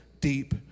deep